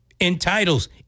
entitles